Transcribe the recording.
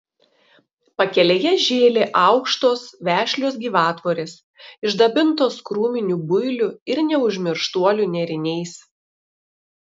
pakelėje žėlė aukštos vešlios gyvatvorės išdabintos krūminių builių ir neužmirštuolių nėriniais